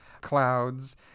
clouds